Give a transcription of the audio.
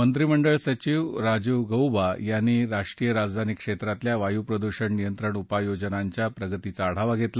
मंत्रिमंडळ सचिव राजीव गऊबा यांनी राष्ट्रीय राजधानी क्षेत्रातल्या वायू प्रदूषण नियंत्रण उपाय योजनांच्या प्रगतीचा आढावा घेतला